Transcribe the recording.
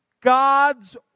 God's